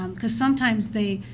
um because sometimes they,